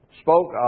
spoke